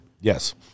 Yes